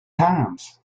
times